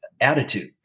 attitude